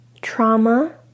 Trauma